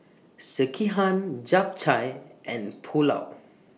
Sekihan Japchae and Pulao